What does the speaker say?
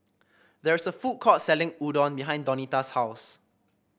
there is a food court selling Udon behind Donita's house